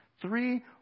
three